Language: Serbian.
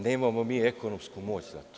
Nemamo mi ekonomsku moć za to.